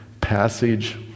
passage